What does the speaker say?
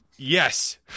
Yes